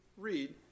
read